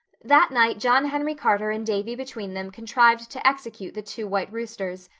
that night john henry carter and davy between them contrived to execute the two white roosters,